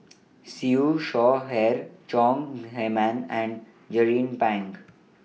Siew Shaw Her Chong Heman and Jernnine Pang